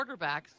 quarterbacks